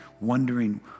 wondering